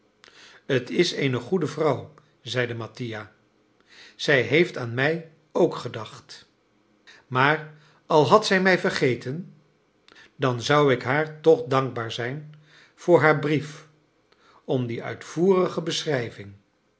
t is eene goede vrouw zeide mattia zij heeft aan mij ook gedacht maar al had zij mij vergeten dan zou ik haar toch dankbaar zijn voor haar brief om die uitvoerige beschrijving